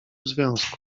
związku